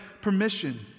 Permission